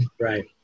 Right